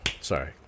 Sorry